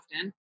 often